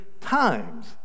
times